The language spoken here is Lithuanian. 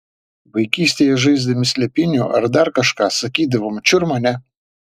vaikystėje žaisdami slėpynių ar dar kažką sakydavom čiur mane